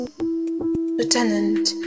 Lieutenant